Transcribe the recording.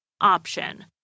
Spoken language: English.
option